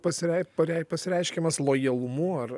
pasireikš pareikštas reiškiamas lojalumu ar